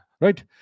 right